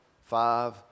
five